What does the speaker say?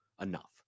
enough